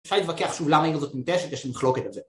אפשר להתווכח שוב למה העיר הזאת נינטשת, יש מחלוקת על זה